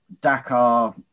Dakar